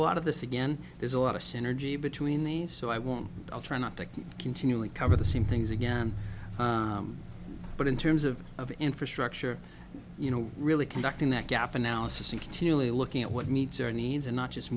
lot of this again is a lot of synergy between the so i won't i'll try not to continually cover the same things again but in terms of of infrastructure you know really conducting that gap analysis and continually looking at what meets our needs and not just